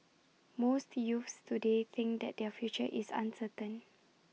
most youths today think that their future is uncertain